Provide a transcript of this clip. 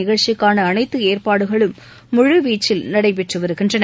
நிகழ்ச்சிக்கான அனைத்து ஏற்பாடுகளும் முழு வீச்சில் நடைபெற்று வருகின்றன